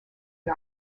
and